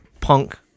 Punk